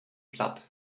platt